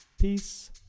Peace